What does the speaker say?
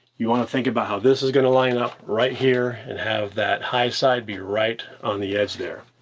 you wanna think about how this is gonna line up right here and have that high side be right on the edge there.